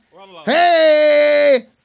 Hey